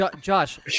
Josh